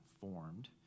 formed